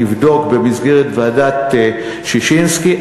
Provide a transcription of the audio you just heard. נבדוק במסגרת ועדת ששינסקי.